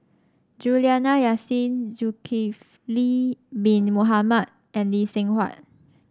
Juliana Yasin Zulkifli Bin Mohamed and Lee Seng Huat